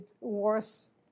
worse